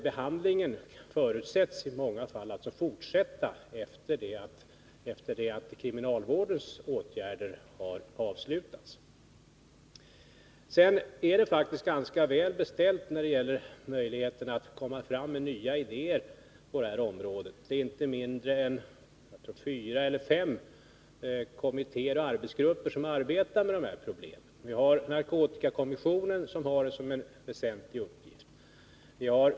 Behandlingen förutsätts alltså i många fall fortsätta efter det att kriminalvårdens åtgärder har avslutats. Det är vidare faktiskt ganska väl beställt när det gäller möjligheter att komma fram med nya idéer på det här området. Det är inte mindre än fyra kommittéer och arbetsgrupper som arbetar med dessa frågor. Narkotikakommissionen har detta som en väsentlig uppgift.